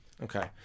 Okay